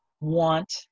want